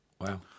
Wow